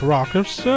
Rockers